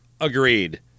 Agreed